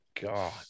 god